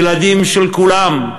ילדים של כולם,